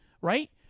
Right